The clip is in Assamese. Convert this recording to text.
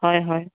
হয় হয়